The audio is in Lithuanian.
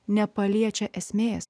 nepaliečia esmės